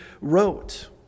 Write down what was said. wrote